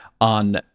on